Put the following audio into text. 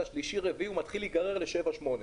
הרביעי מתחיל להיגרר לעוד ועוד טסטים.